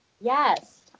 Yes